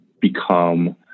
become